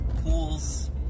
Pools